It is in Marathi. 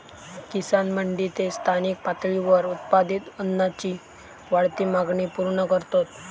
किसान मंडी ते स्थानिक पातळीवर उत्पादित अन्नाची वाढती मागणी पूर्ण करतत